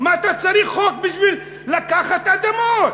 מה אתה צריך חוק בשביל לקחת אדמות?